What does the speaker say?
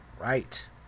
Right